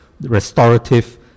Restorative